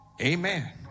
amen